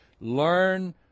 Learn